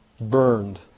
burned